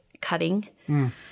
cutting